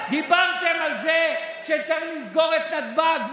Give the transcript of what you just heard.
דיברתם על זה שצריך לסגור את נתב"ג.